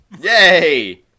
Yay